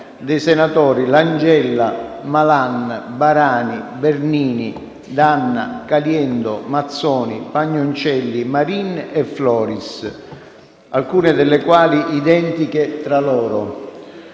dei senatori Langella, Malan, Barani, Bernini, D'Anna, Caliendo, Mazzoni, Pagnoncelli Marin e Floris, alcune delle quali identiche tra loro.